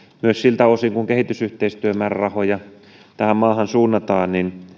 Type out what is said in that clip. myös siltä osin kuin kehitysyhteistyömäärärahoja tähän maahan suunnataan